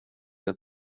der